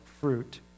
fruit